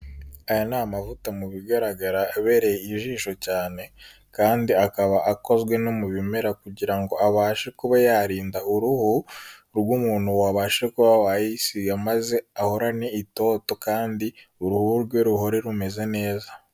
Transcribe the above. Aya ni amavuta mu bigaragara abereye ijisho cyane kandi akaba akozwe no mu bimera kugira ngo abashe kuba yarinda uruhu rw'umuntu wabasha kuba wayisiga, maze ahorane itoto kandi uruhu rwe ruhore rumeze neza.